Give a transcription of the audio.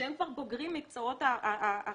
כשהם כבר בוגרים במקצועות הרפואה.